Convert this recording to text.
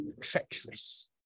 treacherous